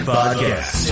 Podcast